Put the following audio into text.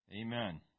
Amen